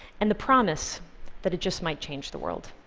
and the promise that it just might change the world.